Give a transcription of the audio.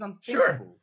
Sure